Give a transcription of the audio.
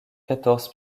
quatorze